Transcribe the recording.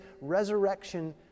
resurrection